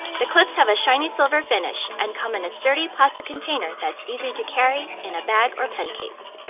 the clips have a shiny silver finish and come in a sturdy plastic container that's easy to carry in a bag or pen case.